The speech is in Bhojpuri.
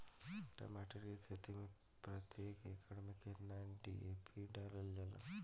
टमाटर के खेती मे प्रतेक एकड़ में केतना डी.ए.पी डालल जाला?